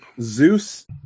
Zeus